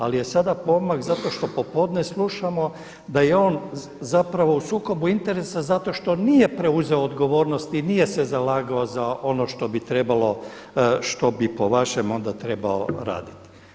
Ali je sada pomak zato što popodne slušamo da je on zapravo u sukobu interesa zato što nije preuzeo odgovornost i nije se zalagao za ono što bi trebalo, što bi po vašem onda trebao raditi.